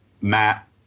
Matt